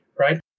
right